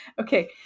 Okay